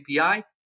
API